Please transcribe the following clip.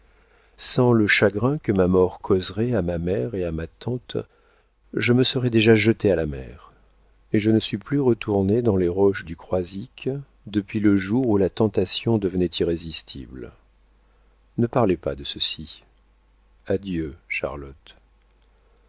sans le chagrin que ma mort causerait à ma mère et à ma tante je me serais déjà jeté à la mer et je ne suis plus retourné dans les roches du croisic depuis le jour où la tentation devenait irrésistible ne parlez pas de ceci adieu charlotte